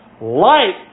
Light